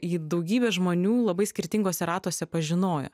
jį daugybė žmonių labai skirtinguose ratuose pažinojo